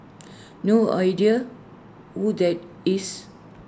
no idea who that is